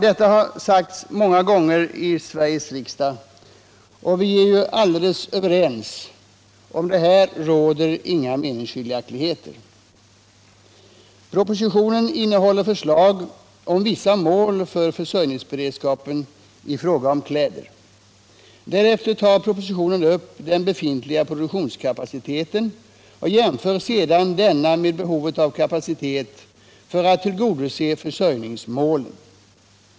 Detta har sagts många gånger i Sveriges riksdag, och vi är ju alldeles överens — om detta råder inga meningsskiljaktigheter. Propositionen innehåller förslag om vissa mål för försörjningsberedskapen i fråga om kläder. Därefter tar propositionen upp den befintliga produktionskapaciteten och jämför sedan denna med behovet av kapacitet för att tillgodose försörjningsmålen.